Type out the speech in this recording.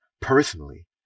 personally